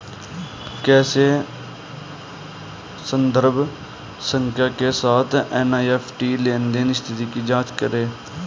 कैसे संदर्भ संख्या के साथ एन.ई.एफ.टी लेनदेन स्थिति की जांच करें?